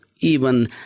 Even